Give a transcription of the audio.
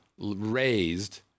raised